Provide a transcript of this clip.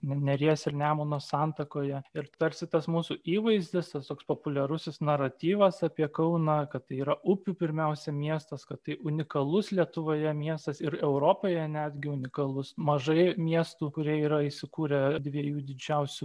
neries ir nemuno santakoje ir tarsi tas mūsų įvaizdis tas toks populiarusis naratyvas apie kauną kad yra upių pirmiausia miestas kad tai unikalus lietuvoje miestas ir europoje netgi unikalus mažai miestų kurie yra įsikūrę dviejų didžiausių